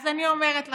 אז אני אומרת לכם,